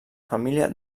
família